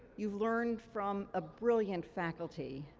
you've learned from a brilliant faculty,